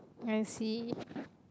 I see